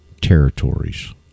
territories